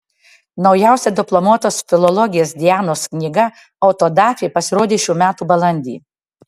naujausia diplomuotos filologės dianos knyga autodafė pasirodė šių metų balandį